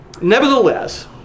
Nevertheless